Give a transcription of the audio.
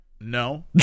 no